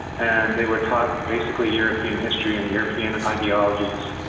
and they were taught basically european history and european ideologies.